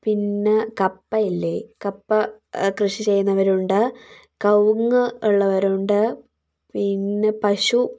പിന്നെ കപ്പയില്ലേ കപ്പ കൃഷി ചെയ്യുന്നവരുണ്ട് കവുങ്ങ് ഉള്ളവരുണ്ട് പിന്നെ പശു